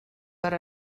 per